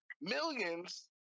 millions